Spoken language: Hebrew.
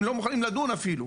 הם לא מוכנים לדון אפילו.